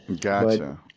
gotcha